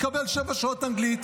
תקבל שבע שעות אנגלית.